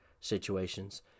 situations